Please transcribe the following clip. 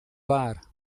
bar